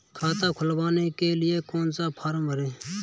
खाता खुलवाने के लिए कौन सा फॉर्म भरें?